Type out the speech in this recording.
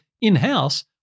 in-house